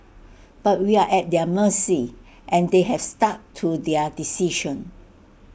but we are at their mercy and they have stuck to their decision